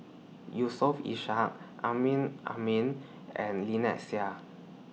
Yusof Ishak Amrin Amin and Lynnette Seah